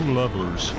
lovers